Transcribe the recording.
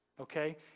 okay